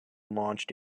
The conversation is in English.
launched